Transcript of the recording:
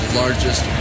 largest